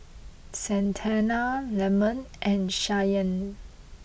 Santana Lemon and Shyann